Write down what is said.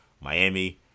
Miami